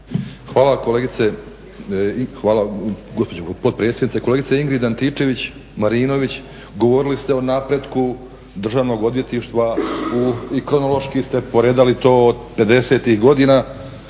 Hvala kolegice, hvala gospođo potpredsjednice. Kolegice Ingrid Antičević-Marinović govorili ste o napretku državnog odvjetništva, i kronološki ste poredali to od 50. godina